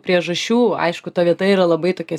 priežasčių aišku ta vieta yra labai tokia